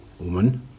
woman